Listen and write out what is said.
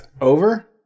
over